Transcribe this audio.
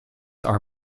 are